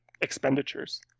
expenditures